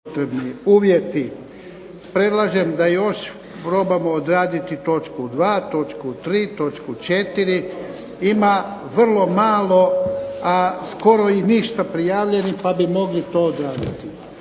(HDZ)** Predlažem da još probamo odraditi točku 2., 3., 4. Ima vrlo malo a skoro i ništa prijavljenih pa bi mogli to odraditi.